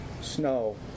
Snow